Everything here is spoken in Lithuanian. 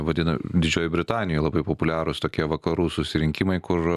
vadina didžioji britanija labai populiarūs tokie vakarų susirinkimai kur